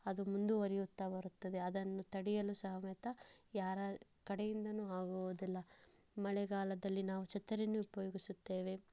ಅದು ಮುಂದುವರೆಯುತ್ತಾ ಬರುತ್ತದೆ ಅದನ್ನು ತಡೆಯಲು ಸಮೇತ ಯಾರ ಕಡೆಯಿಂದಲೂ ಆಗುವುದಿಲ್ಲ ಮಳೆಗಾಲದಲ್ಲಿ ನಾವು ಛತ್ರಿಯನ್ನು ಉಪಯೋಗಿಸುತ್ತೇವೆ